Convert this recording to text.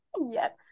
Yes